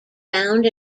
found